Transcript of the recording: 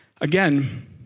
Again